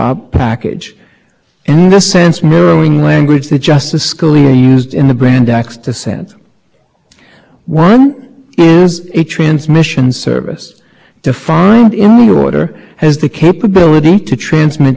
service and kind of resegregated into a transmission component and an information services component at that level of generality i think everybody even the other side i think would say that brand x sanctions that approach but their point is that you've done one thing more than that and the difference is whether you think that one